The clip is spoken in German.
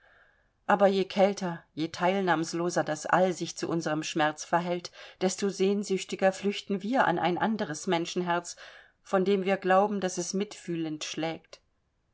aber je kälter je teilnahmsloser das all sich zu unserem schmerz verhält desto sehnsüchtiger flüchten wir an ein anderes menschenherz von dem wir glauben daß es mitfühlend schlägt